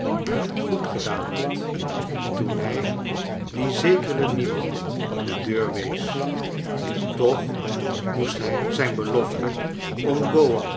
goed gedaau had toen hij dien zekerea niemand de deur wees toch ruoest hij zijn belofte om